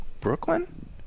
Brooklyn